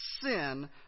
sin